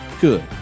Good